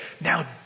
Now